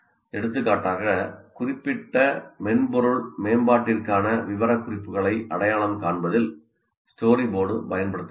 எடுத்துக்காட்டாக குறிப்பிட்ட மென்பொருள் மேம்பாட்டிற்கான விவரக்குறிப்புகளை அடையாளம் காண்பதில் ஸ்டோரிபோர்டு பயன்படுத்தப்படுகிறது